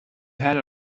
had